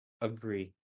agree